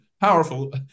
powerful